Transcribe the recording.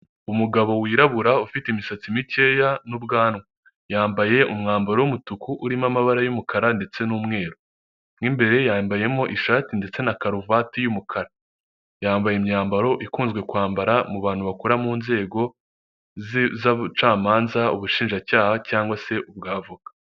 Umugabo wirabura ufite imisatsi mikeya n'ubwanwa, yambaye umwambaro w'umutuku urimo amabara y'umukara ndetse n'umweru, mo imbere yambayemo ishati ndetse na karuvati y'umukara, yambaye imyambaro ikunzwe kwambara mu bantu bakora mu nzego z'ubucamanza ubushinjacyaha cyangwa se ubu avoka.